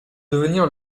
devenir